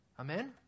Amen